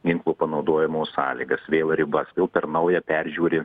ginklo panaudojimo sąlygas vėl ribas vėl per naują peržiūri